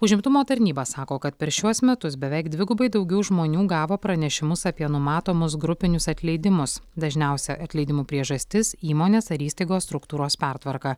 užimtumo tarnyba sako kad per šiuos metus beveik dvigubai daugiau žmonių gavo pranešimus apie numatomus grupinius atleidimus dažniausia atleidimų priežastis įmonės ar įstaigos struktūros pertvarka